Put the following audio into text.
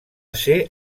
ser